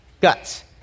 guts